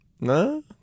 No